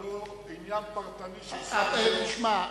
ולא עניין פרטני של שר כזה או אחר.